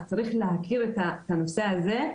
אז צריך להכיר את הנושא הזה.